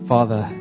Father